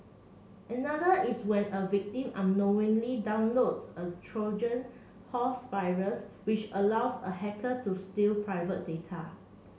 another is when a victim unknowingly downloads a Trojan horse virus which allows a hacker to steal private data